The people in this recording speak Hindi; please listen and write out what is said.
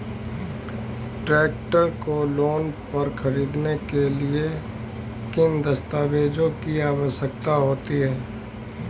ट्रैक्टर को लोंन पर खरीदने के लिए किन दस्तावेज़ों की आवश्यकता होती है?